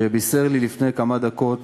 שבישר לי לפני כמה דקות